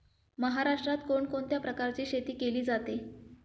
महाराष्ट्रात कोण कोणत्या प्रकारची शेती केली जाते?